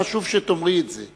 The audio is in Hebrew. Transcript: חשוב שתאמרי את זה.